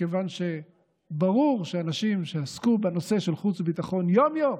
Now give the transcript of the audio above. מכיוון שברור שאנשים שעסקו בנושא של חוץ וביטחון יום-יום,